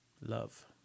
love